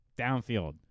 downfield